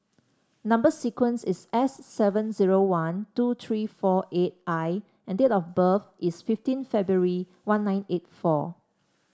number sequence is S seven zero one two three four eight I and date of birth is fifteen February one nine eight four